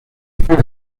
pearl